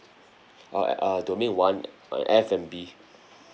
uh uh domain one uh F&B